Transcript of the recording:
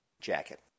jacket